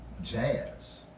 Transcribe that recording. jazz